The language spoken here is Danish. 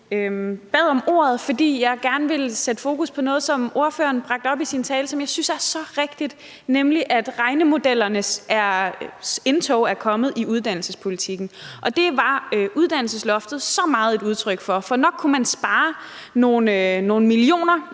Jeg bad om ordet, fordi jeg gerne ville sætte fokus på noget, som ordføreren bragte op i sin tale, og som jeg synes er så rigtigt, nemlig at regnemodellerne har gjort sit indtog i uddannelsespolitikken, og det var uddannelsesloftet så meget et udtryk for. Nok kunne man spare nogle millioner